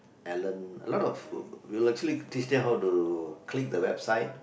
Allen a lot of we actually teach them how to click the website